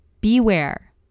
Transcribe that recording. Beware